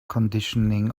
conditioning